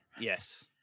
Yes